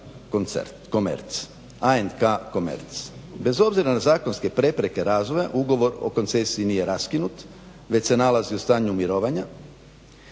s Tvrtkom ANK Komerce. Bez obzira na zakonske prepreke razvoja ugovor o koncesiji nije raskinut već se nalazi u stanju mirovanja.